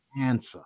answer